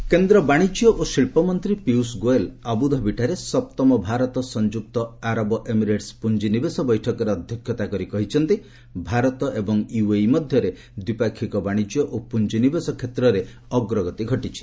ପିୟୁଷ ଗୋଏଲ କେନ୍ଦ୍ର ବାଣିଜ୍ୟ ଓ ଶିଳ୍ପ ମନ୍ତ୍ରୀ ପୀୟୁଷ ଗୋଏଲ ଆବୁଧାବିଠାରେ ସପ୍ତମ ଭାରତ ସଂଯୁକ୍ତ ଆରବ ଏମିରେଟ୍ସ ପୁଞ୍ଜିନିବେଶ ବୈଠକରେ ଅଧ୍ୟକ୍ଷତା କରି କହିଛନ୍ତି ଭାରତ ଏବଂ ୟୁଏଇ ମଧ୍ୟରେ ଦ୍ୱିପାକ୍ଷିକ ବାଣିଜ୍ୟ ଓ ପୁଞ୍ଜିନିବେଶ କ୍ଷେତ୍ରରେ ଅଗ୍ରଗତି ଘଟିଛି